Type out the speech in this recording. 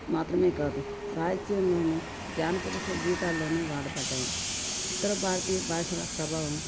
మాత్రమే కాదు సాహిత్యంలోనూ జానపద స గీతాల్లోను వాడబడ్డాయి ఉత్తర భారతీయ భాషల ప్రభావం